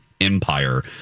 Empire